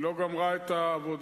היא לא גמרה את העבודה,